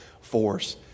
force